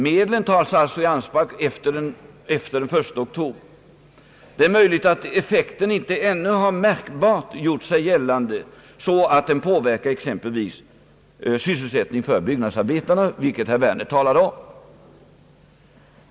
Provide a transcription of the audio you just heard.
Medlen tas alltså i anspråk efter den 1 oktober, och det är möjligt att effekten ännu inte har märkbart gjort sig gällande på ett sådant sätt att den påverkat exempelvis sysselsättningen för byggnadsarbetarna, vilket herr Werner talade om.